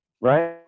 right